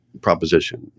proposition